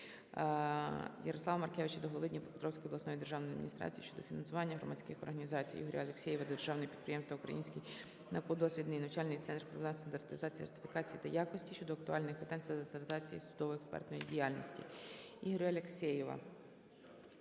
Ярослава Маркевича до голови Дніпропетровської обласної державної адміністрації щодо фінансування громадських організацій. Ігоря Алексєєва до Державного підприємства «Український науково-дослідний і навчальний центр проблем стандартизації, сертифікації та якості» щодо актуальних питань стандартизації судово-експертної діяльності. Ігоря Алексєєва